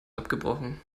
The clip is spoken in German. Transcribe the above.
abgebrochen